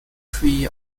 tree